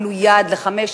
אפילו יעד לחמש,